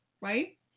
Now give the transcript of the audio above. right